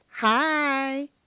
Hi